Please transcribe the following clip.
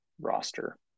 roster